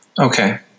Okay